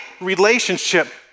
relationship